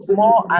more